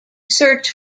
search